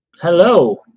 Hello